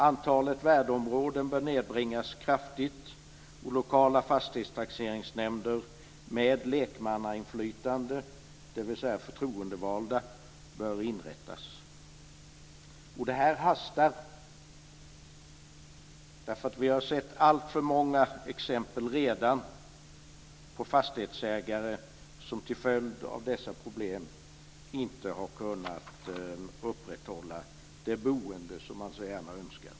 Antalet värdeområden bör nedbringas kraftigt, och lokala fastighetstaxeringsnämnder med lekmannainflytande, dvs. förtroendevalda, bör inrättas. Detta hastar! Vi har redan sett alltför många exempel på fastighetsägare som till följd av dessa problem inte har kunnat upprätthålla det boende de så gärna önskar.